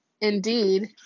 indeed